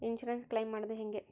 Insurance claim ಮಾಡದು ಹೆಂಗೆ?